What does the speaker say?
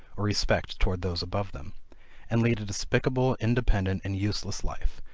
or respect towards those above them and lead a despicable, independent, and useless life,